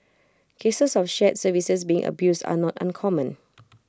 cases of shared services being abused are not uncommon